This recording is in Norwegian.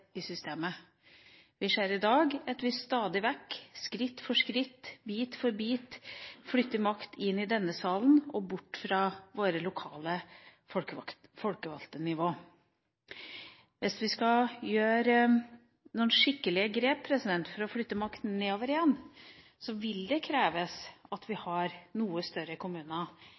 systemet. Vi ser i dag at vi stadig vekk, skritt for skritt, bit for bit, flytter makt inn i denne salen og bort fra de lokale, folkevalgte nivå. Hvis vi skal gjøre noen skikkelige grep for å flytte makt nedover igjen, vil det kreves at vi har noe større kommuner